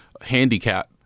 handicap